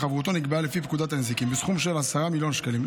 לפי פקודת הנזיקין, בסכום של 10 מיליון שקלים.